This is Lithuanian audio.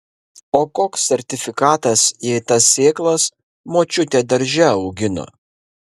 o koks sertifikatas jei tas sėklas močiutė darže augino